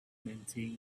maintained